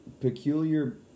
peculiar